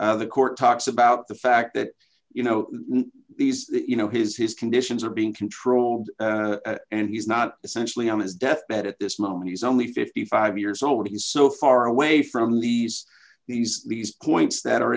covert the court talks about the fact that you know these you know his his conditions are being controlled and he's not essentially on his deathbed at this moment he's only fifty five years old he's so far away from these these these points that are